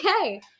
Okay